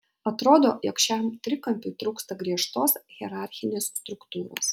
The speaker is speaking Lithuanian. atrodo jog šiam trikampiui trūksta griežtos hierarchinės struktūros